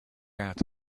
out